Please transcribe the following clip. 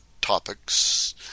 topics